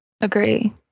agree